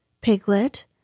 Piglet